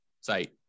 site